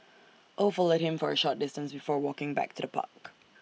oh followed him for A short distance before walking back to the park